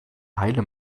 heile